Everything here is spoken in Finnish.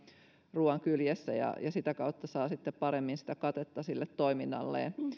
ruuan kyljessä ja sitä kautta saa paremmin katetta toiminnalleen